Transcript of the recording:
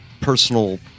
personal